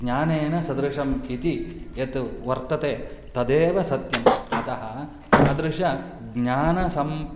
ज्ञानेन सदृशम् इति यत् वर्तते तदेव सत्यम् अतः तादृशं ज्ञानसमं